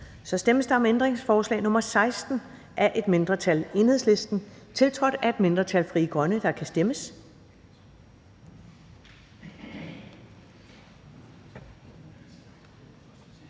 Der stemmes om ændringsforslag nr. 15 af et mindretal (EL), tiltrådt af et mindretal (FG), og der kan stemmes.